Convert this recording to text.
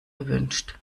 erwünscht